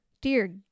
Dear